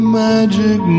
magic